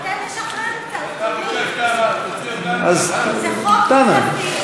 אבל תן לשחרר קצת, אדוני, זה חוק נפיץ, אז אנא.